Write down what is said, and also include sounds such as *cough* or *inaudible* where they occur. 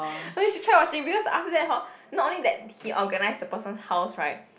*breath* I mean you should try watching because after that hor not only that he organise the person house right